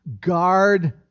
guard